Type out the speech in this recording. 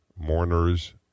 mourners